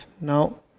Now